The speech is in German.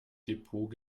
depot